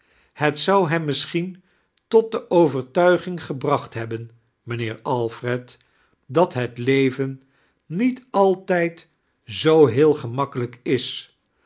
bet zou hem misschien tot die overtuiging gebroeht habben mijuheer alfred dat het leven niet altijd zoo heel giemakkelijk is